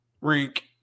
rink